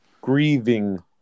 Grieving